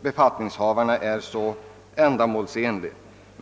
befattningshavarna inte så ändamålsenlig.